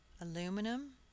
aluminum